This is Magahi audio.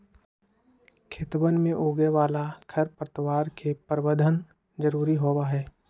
खेतवन में उगे वाला खरपतवार के प्रबंधन जरूरी होबा हई